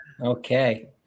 Okay